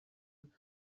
you